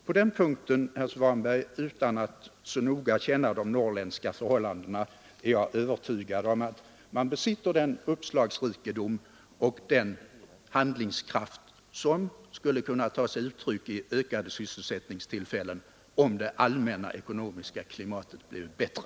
På den punkten är jag, herr Svanberg, utan att så noga känna de norrländska förhållandena övertygad om att man där besitter den uppslagsrikedom och handlingskraft som skulle kunna ta sig uttryck i ökade sysselsättningstillfällen, om det allmänna ekonomiska klimatet blev bättre.